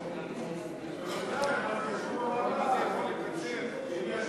הם עוד ישבו, אם אתה יכול לקצר.